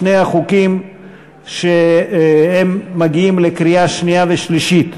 שני החוקים מגיעים לקריאה שנייה ושלישית.